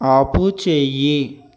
ఆపుచేయి